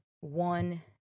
one